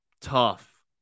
tough